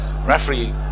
Referee